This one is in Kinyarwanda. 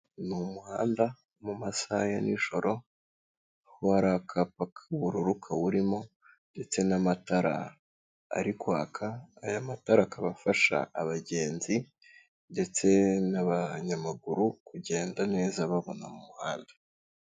Ni umuhanda mu masaha ya nijoro aho hari akapa k'ubururu kawurimo ndetse n'amatara ari kwaka, aya matara akaba afasha abagenzi ndetse n'abanyamaguru kugenda neza babona mu muhanda.